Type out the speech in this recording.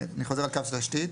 אני חוזר על קו תשתית.